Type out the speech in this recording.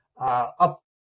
up